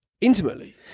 intimately